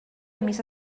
missa